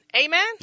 Amen